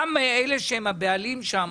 גם אלה שהם הבעלים שם,